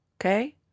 okay